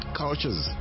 cultures